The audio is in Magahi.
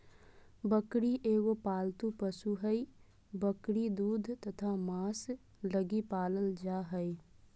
बकरी एगो पालतू पशु हइ, बकरी दूध तथा मांस लगी पालल जा हइ